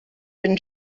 been